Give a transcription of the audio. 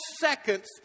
seconds